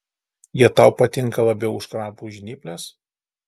jie tau patinka labiau už krabų žnyples